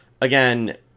again